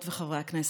הכנסת,